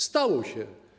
Stało się.